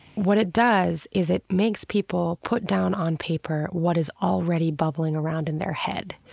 what it does is it makes people put down on paper what is already bubbling around in their head.